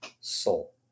soul